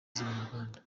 z’abanyarwanda